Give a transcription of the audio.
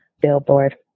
billboard